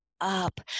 up